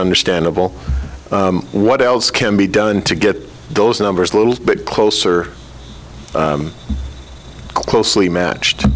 understandable what else can be done to get those numbers a little bit closer closely matched